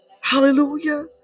Hallelujah